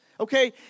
Okay